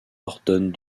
ordonne